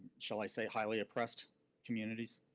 shall i say, highly oppressed communities.